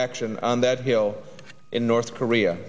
action on that hill in north korea